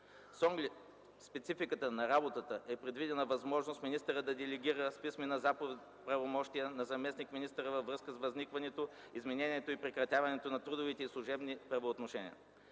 С оглед спецификата на работата е предвидена възможност министърът да делегира с писмена заповед правомощия на заместник-министър във връзка с възникването, изменението и прекратяването на трудовите и служебните правоотношения.